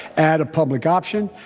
add a public option,